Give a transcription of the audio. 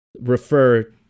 refer